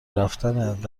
رفتنت